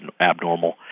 abnormal